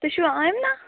تُہۍ چھُوا آمِینہ